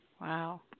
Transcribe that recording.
Wow